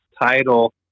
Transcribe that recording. title